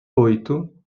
oito